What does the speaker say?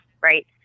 right